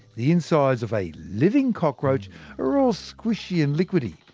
the insides of a living cockroach are all squishy and liquidy,